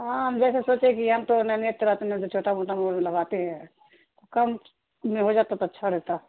ہاں ویسے سوچے کہ ہم تو ن طرتے چھوٹا موٹا موٹ لگاتے ہیں کم میں ہو جاتا تو اچھا رہتا